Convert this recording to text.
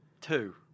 two